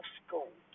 school